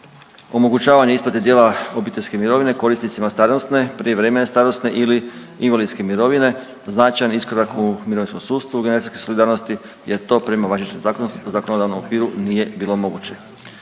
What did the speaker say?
omogućavanje isplate dijela obiteljske mirovine korisnicima starosne, prijevremene starosne ili invalidske mirovine, značajan iskorak u mirovinskom sustavu generacijske solidarnosti jer to prema važećem zakonodavnom okviru nije bilo moguće.